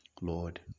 Lord